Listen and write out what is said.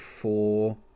Four